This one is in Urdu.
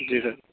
جی سر